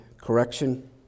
correction